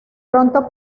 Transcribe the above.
pronto